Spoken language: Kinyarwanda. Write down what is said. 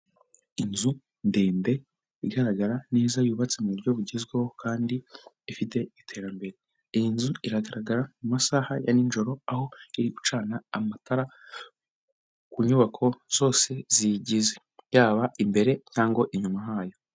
Inzu ndende igaragara neza yubatse mu buryo bugezweho kandi ifite iterambere, iyi nzu iragaragara mu masaha ya nijoro, aho iri gucana amatara ku nyubako zose ziyigize, yaba imbere cyangwa inyuma ahayo.